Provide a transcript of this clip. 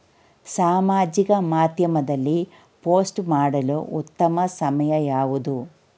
ಸಾಮಾಜಿಕ ಮಾಧ್ಯಮದಲ್ಲಿ ಪೋಸ್ಟ್ ಮಾಡಲು ಉತ್ತಮ ಸಮಯ ಯಾವುದು?